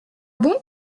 bon